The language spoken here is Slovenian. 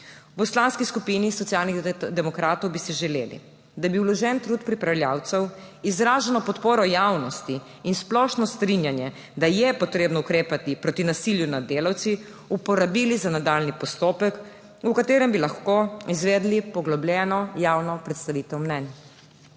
V Poslanski skupini Socialnih demokratov bi si želeli, da bi vložen trud pripravljavcev izraženo podporo javnosti in splošno strinjanje, da je potrebno ukrepati proti nasilju nad delavci, uporabili za nadaljnji postopek, v katerem bi lahko izvedli poglobljeno javno predstavitev mnenj.